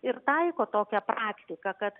ir taiko tokią praktiką kad